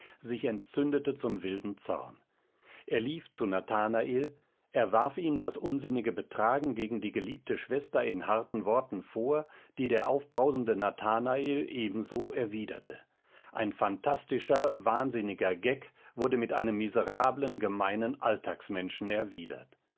sich entzündete zum wilden zorn er lief zu nathanael er warf ihm das unsinnige betragen gegen die geliebte schwester in harten worten vor die der aufbrausende nathanael ebenso erwiderte ein fantastischer wahnsinniger geck wurde mit einem miserablen gemeinen alltagsmenschen erwidert